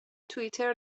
توئیتر